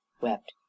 wept